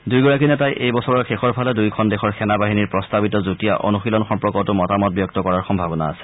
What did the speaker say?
দুয়োগৰাকী নেতাই এই বছৰৰ শেষৰফালে দুয়োখন দেশৰ সেনা বাহিনীৰ প্ৰস্তাৱিত যুটীয়া অনুশীলন সম্পৰ্কতো মতামত ব্যক্ত কৰাৰ সম্ভাৱনা আছে